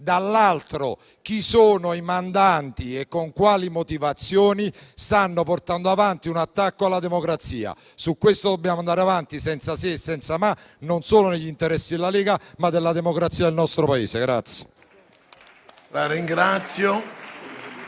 Dall'altro, chi sono i mandanti? E con quali motivazioni stanno portando avanti un attacco alla democrazia? Su questo dobbiamo andare avanti, senza se e senza ma, negli interessi non solo della Lega, ma anche della democrazia del nostro Paese.